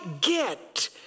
get